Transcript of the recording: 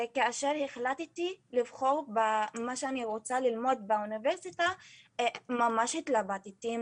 כאשר אני החלטתי לבחור את מה שאני ללמוד באוניברסיטה ממש התלבטתי.